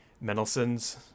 Mendelssohn's